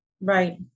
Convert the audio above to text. Right